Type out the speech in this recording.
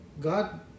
God